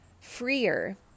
freer